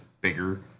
bigger